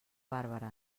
bàrbara